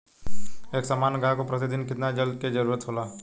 एक सामान्य गाय को प्रतिदिन कितना जल के जरुरत होला?